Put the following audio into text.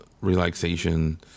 relaxation